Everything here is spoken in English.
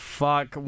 fuck